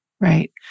Right